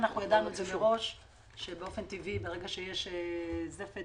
ידענו מראש שבאופן טבעי, ברגע שיש זפת